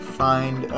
find